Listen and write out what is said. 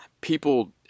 people